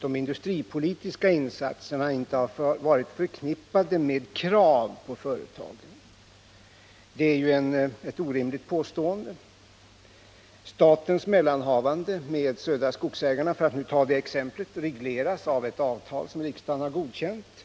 de industripolitiska insatserna inte har varit förknippade med krav på företagen. Det är ett orimligt påstående. Statens mellanhavande med Södra Skogsägarna — för att nu ta det exemplet — regleras av ett avtal som riksdagen har godkänt.